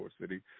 City